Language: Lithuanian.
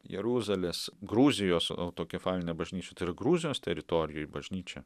jeruzalės gruzijos autokefalinė bažnyčia tai yra gruzijos teritorijoj bažnyčia